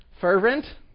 Fervent